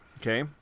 Okay